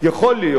יכול להיות,